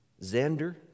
Xander